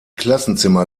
klassenzimmer